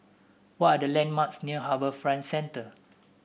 what are the landmarks near HarbourFront Centre